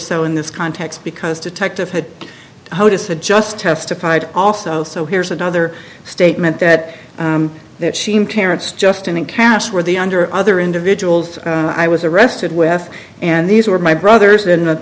so in this context because detective had how does a just testified also so here's another statement that that sheen parents justin and cash were the under other individuals i was arrested with and these were my brothers in the